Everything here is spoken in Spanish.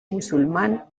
musulmán